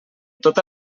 tota